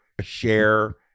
share